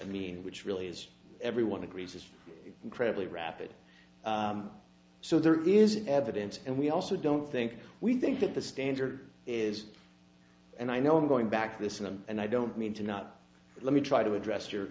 the mean which really is everyone agrees is incredibly rapid so there is evidence and we also don't think we think that the standard is and i know i'm going back this and i don't mean to not let me try to address your